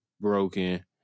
broken